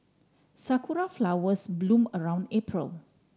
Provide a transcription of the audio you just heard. sakura flowers bloom around April